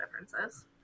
differences